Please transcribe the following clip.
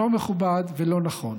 לא מכובד ולא נכון.